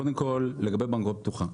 קודם כל לגבי בנקאות פתוחה.